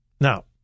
Now